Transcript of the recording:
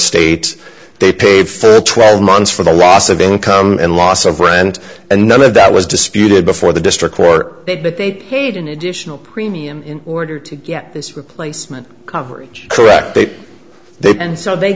state they paid for twelve months for the loss of income and loss of rent and none of that was disputed before the district court but they paid an additional premium in order to get this replacement coverage correct they did and so they